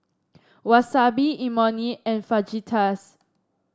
Wasabi Imoni and Fajitas